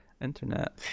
Internet